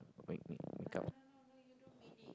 make make make-up oh